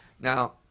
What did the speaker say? Now